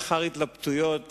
לאחר התלבטויות,